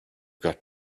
got